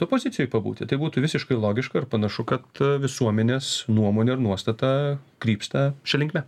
opozijoj pabūti tai būtų visiškai logiška ir panašu kad visuomenės nuomonė ir nuostata krypsta šia linkme